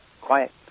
Quiet